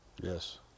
yes